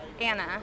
Anna